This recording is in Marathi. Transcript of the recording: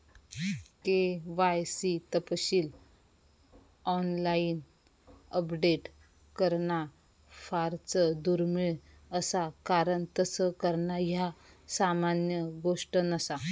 के.वाय.सी तपशील ऑनलाइन अपडेट करणा फारच दुर्मिळ असा कारण तस करणा ह्या सामान्य गोष्ट नसा